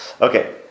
Okay